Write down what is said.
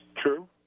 True